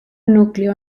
núcleo